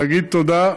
תודה.